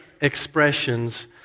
expressions